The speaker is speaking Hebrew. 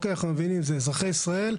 אנחנו מבינים, זה אזרחי ישראל.